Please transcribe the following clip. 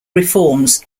reforms